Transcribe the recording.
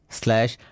slash